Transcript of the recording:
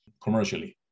commercially